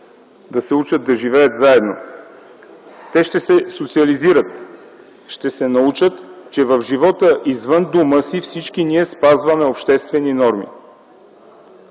да се учат да живеят заедно. Те ще се социализират, ще се научат, че в живота извън дома си всички ние спазваме обществени норми.